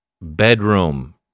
bedroom